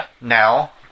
now